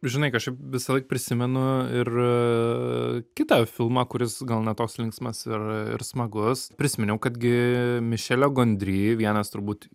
žinai kažkaip visąlaik prisimenu ir kitą filmą kuris gal ne toks linksmas ir ir smagus prisiminiau kad gi mišelio gondry vienas turbūt